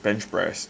bench press